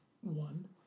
one